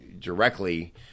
directly